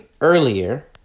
earlier